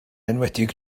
enwedig